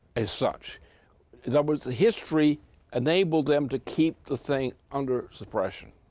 is such in other words, the history enabled them to keep the thing under suppression.